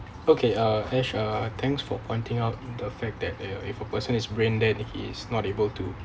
okay uh ash uh thanks for pointing out the fact that if if a person is brain dead he is not able to